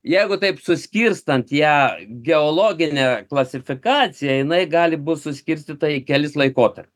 jeigu taip suskirstant ją geologine klasifikacija jinai gali būt suskirstyta į kelis laikotarpius